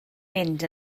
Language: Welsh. mynd